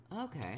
Okay